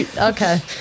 Okay